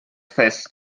fest